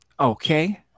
Okay